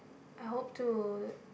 I hope to